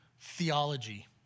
theology